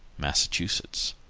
massachusetts.